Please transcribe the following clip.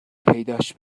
پیداش